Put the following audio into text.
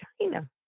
China